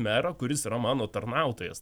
merą kuris yra mano tarnautojas